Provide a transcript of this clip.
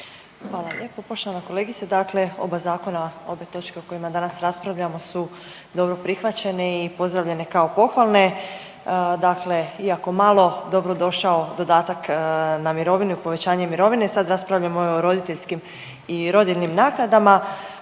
Hvala lijepo. Poštovana kolegice dakle oba zakona, obje točke o kojima danas raspravljamo su dobro prihvaćene i pozdravljene kao pohvalne. Dakle, iako malo dobrodošao dodatak na mirovinu i povećanje mirovine sad raspravljamo i o roditeljskim i o rodiljnim naknadama